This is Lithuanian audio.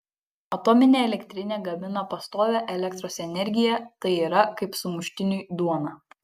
atominė elektrinė gamina pastovią elektros energiją tai yra kaip sumuštiniui duona